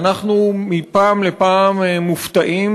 ואנחנו מפעם לפעם מופתעים,